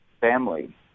family